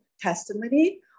testimony